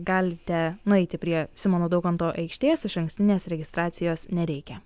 galite nueiti prie simono daukanto aikštės išankstinės registracijos nereikia